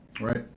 Right